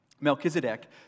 Melchizedek